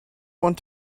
want